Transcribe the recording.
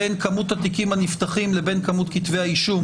בין כמות התיקים הנפתחים לבין כמות כתבי האישום